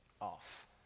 off